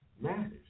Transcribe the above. matters